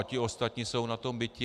Ti ostatní jsou na tom biti.